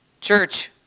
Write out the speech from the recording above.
Church